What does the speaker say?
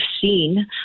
seen